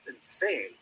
insane